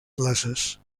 classes